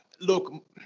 look